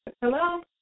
Hello